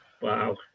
Wow